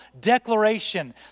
declaration